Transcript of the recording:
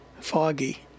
foggy